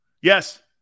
yes